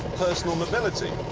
personal mobility.